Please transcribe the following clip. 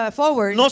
forward